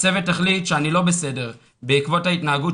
הצוות החליט שאני לא בסדר בעקבות ההתנהגות